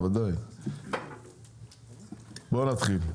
בואו נתחיל.